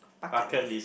bucket list